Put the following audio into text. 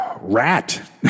Rat